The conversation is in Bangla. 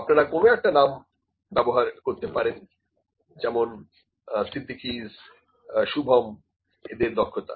আপনারা কোন একটা নাম ব্যবহার করতে পারেন যেমন সিদ্দিকীস শুভম এদের দক্ষতা